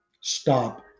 stop